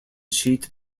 sheet